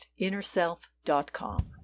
innerself.com